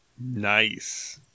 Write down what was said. Nice